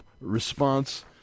response